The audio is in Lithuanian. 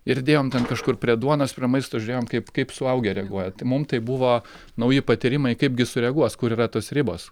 ir dėjom ten kažkur prie duonos prie maisto žiūrėjom kaip kaip suaugę reaguoja tai mum tai buvo nauji patyrimai kaipgi sureaguos kur yra tos ribos